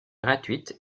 gratuite